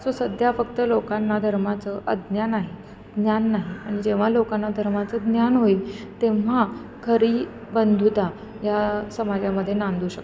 so सध्या फक्त लोकांना धर्माचं अज्ञान आहे ज्ञान नाही आणि जेव्हा लोकांना धर्माचं ज्ञान होईल तेव्हा खरी बंधुता या समाजामध्ये नांदू शकते